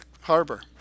Harbor